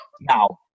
Now